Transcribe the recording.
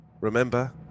Remember